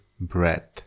breath